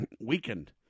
weakened